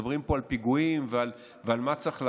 מדברים פה על פיגועים ועל מה צריך לעשות,